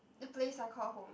the place I call home